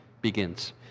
begins